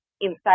inside